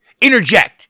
Interject